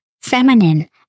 feminine